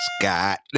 Scott